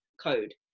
code